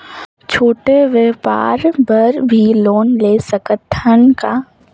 छोटे व्यापार बर भी लोन ले सकत हन का?